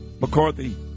McCarthy